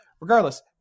regardless